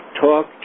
talk